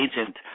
agent